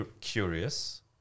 curious